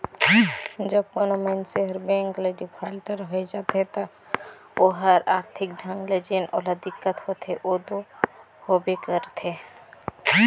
जब कोनो मइनसे हर बेंक ले डिफाल्टर होए जाथे ता ओहर आरथिक ढंग ले जेन ओला दिक्कत होथे ओ दो होबे करथे